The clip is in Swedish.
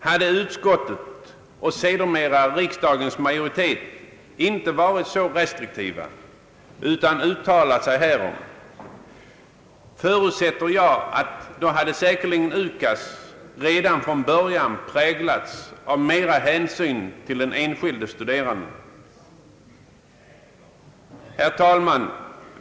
Hade utskottet och sedermera riksdagens ma joritet inte varit så restriktiva utan uttalat sig härom, hade UKAS säkerligen redan från början präglats av större hänsyn till den enskilde studeranden.